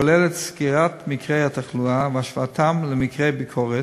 הכוללת סקירת מקרי התחלואה והשוואתם למקרי ביקורת,